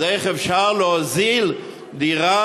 אז איך אפשר להוזיל דירה,